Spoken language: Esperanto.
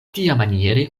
tiamaniere